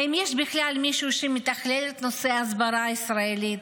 האם יש בכלל מישהו שמתכלל את נושא ההסברה הישראלית?